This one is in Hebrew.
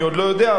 אני עוד לא יודע,